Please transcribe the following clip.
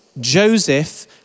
Joseph